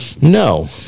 No